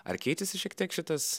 ar keičiasi šiek tiek šitas